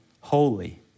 holy